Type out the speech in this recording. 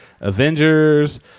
Avengers